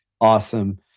Awesome